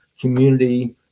community